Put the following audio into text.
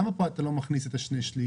למה כאן אתה לא מכניס את השני שלישים?